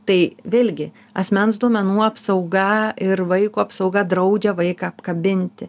tai vėlgi asmens duomenų apsauga ir vaiko apsauga draudžia vaiką apkabinti